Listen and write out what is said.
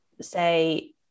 say